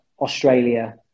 Australia